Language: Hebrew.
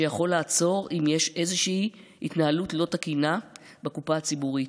שיכול לעצור אם יש איזושהי התנהלות לא תקינה בקופה הציבורית,